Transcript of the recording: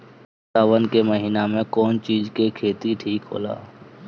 सावन के महिना मे कौन चिज के खेती ठिक होला?